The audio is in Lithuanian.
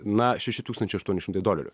na šeši tūkstančiai aštuoni šimtai dolerių